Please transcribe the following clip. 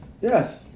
Yes